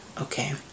okay